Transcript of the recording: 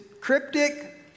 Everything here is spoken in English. cryptic